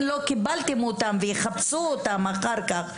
לא קיבלתם אותם ויחפשו אותם אחר כך,